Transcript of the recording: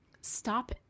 Stop